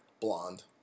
Blonde